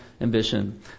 ambition